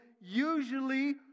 usually